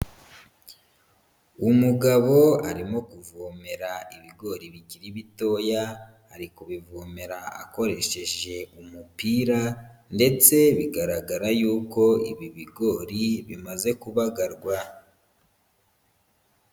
Umugabo arimo kuvomera ibigori bikiri bitoya, ari kubivomera akoresheje umupira ndetse bigaragara yuko ibi bigori bimaze kubagarwa.